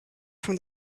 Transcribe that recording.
from